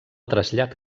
trasllat